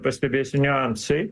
pastebėsiu niuansai